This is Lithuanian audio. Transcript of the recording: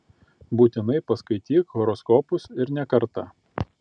būtinai paskaityk horoskopus ir ne kartą